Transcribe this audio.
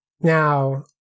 Now